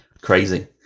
crazy